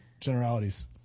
generalities